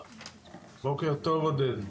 אהלן, בוקר טוב עודד.